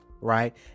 right